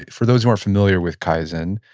for those who aren't familiar with kaizen,